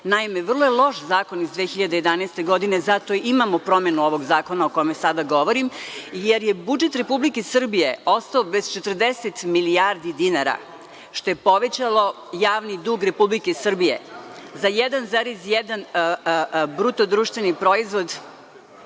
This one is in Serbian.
godine. Naime, vrlo je loš zakon iz 2011. godine i zato i imamo promenu ovog zakona o kome sada govorim, jer je budžet Republike Srbije ostao bez 40 milijardi dinara, što je povećalo javni dug Republike Srbije za 1,1% BDP za 2012. godinu.